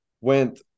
went